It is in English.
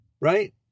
right